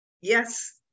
Yes